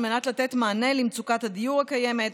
על מנת לתת מענה למצוקת הדיור הקיימת,